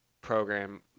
program